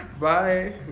Bye